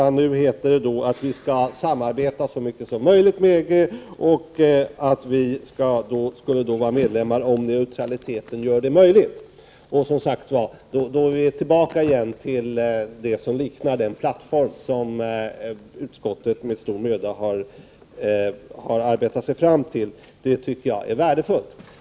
Nu heter det att vi skall samarbeta så mycket som möjligt med EG och att vi skall bli medlemmar om neutraliteten gör detta möjligt. Då är vi, som sagt, tillbaka vid det som liknar den plattform som utskottet med stor möda har utarbetat. Det tycker jag är värdefullt.